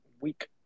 week